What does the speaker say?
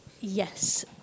Yes